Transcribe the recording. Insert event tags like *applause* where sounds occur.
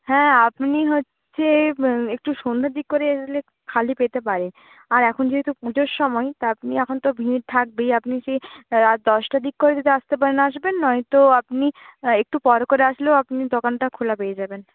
হ্যাঁ আপনি হচ্ছে *unintelligible* একটু সন্ধের দিক করে আসলে খালি পেতে পারেন আর এখন যেহেতু পুজোর সময় তা আপনি এখন তো ভিড় থাকবেই আপনি কি রাত দশটার দিক করে যদি আসতে পারেন আসবেন নয়তো আপনি একটু পর করে আসলেও আপনি দোকানটা খোলা পেয়ে যাবেন